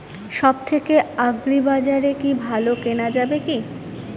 সব থেকে আগ্রিবাজারে কি ভালো কেনা যাবে কি?